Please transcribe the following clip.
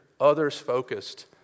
others-focused